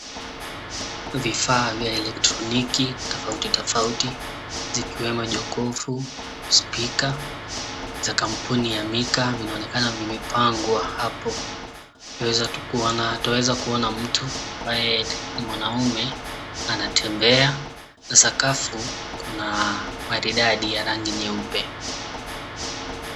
Vifaa vya elektroniki tofauti tofauti zikiwemo jokofu, spika za kampuni ya Mika vinaonekana vimepangwa hapo, twaeza kuona mtu ambae ni mwanaume anatembea na sakafu kuna maridadi ya rangi nyeupe.